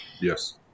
Yes